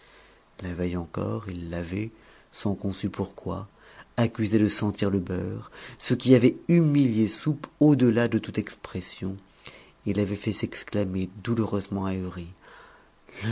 la veille encore il l'avait sans qu'on sût pourquoi accusé de sentir le beurre ce qui avait humilié soupe au-delà de toute expression et l'avait fait s'exclamer douloureusement ahuri